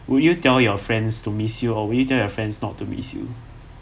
would you tell your friends to miss you or would you tell your friends not to miss you